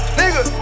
nigga